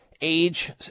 age